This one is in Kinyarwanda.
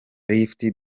lift